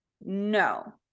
No